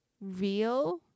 real